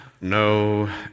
no